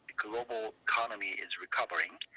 global economy is recovering